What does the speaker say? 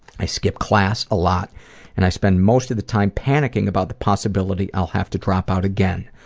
i skip class, a lot and i spend most of the time panicking about the possibility i'll have to drop out again,